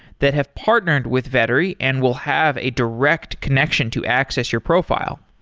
that have partnered with vettery and will have a direct connection to access your profile.